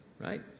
right